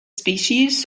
species